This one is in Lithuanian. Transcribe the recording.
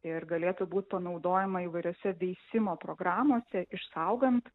ir galėtų būt panaudojama įvairiose veisimo programose išsaugant